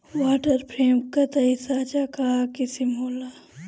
water frame कताई साँचा कअ किसिम होला